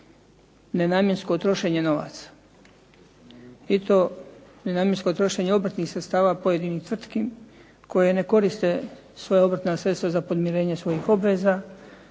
nenamjensko trošenje novaca i to nenamjensko trošenje obrtnih sredstava pojedinih tvrtki koje ne koriste svoja obrtna sredstva za podmirenje svojih obveza